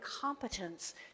competence